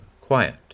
quiet